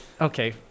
Okay